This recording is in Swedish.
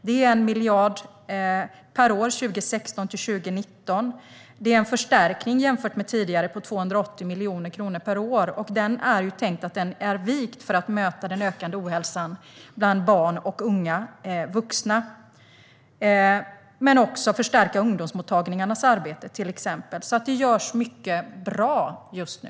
Vi anslår 1 miljard per år 2016-2019, vilket är en förstärkning jämfört med tidigare med 280 miljoner kronor per år. Den är vikt för att möta den ökande ohälsan bland barn och unga vuxna men också för att förstärka ungdomsmottagningarnas arbete, till exempel. Det görs alltså mycket som är bra just nu.